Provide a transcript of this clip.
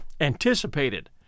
anticipated